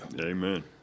Amen